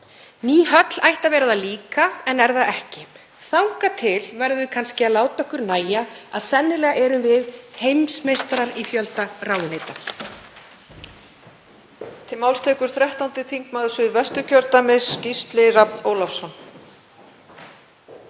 Ný höll ætti að vera það líka en er það ekki. Þangað til verðum við kannski að láta okkur nægja að sennilega erum við heimsmeistarar í fjölda ráðuneyta.